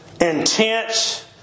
intense